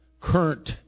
current